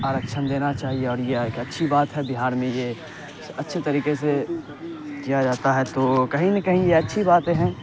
آرکشن دینا چاہیے اور یہ ایک اچھی بات ہے بہار میں یہ اچھے طریقے سے کیا جاتا ہے تو کہیں نہ کہیں یہ اچھی باتیں ہیں